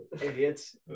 idiots